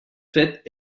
fet